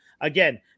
again